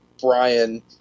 Brian